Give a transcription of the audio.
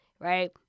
Right